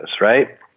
right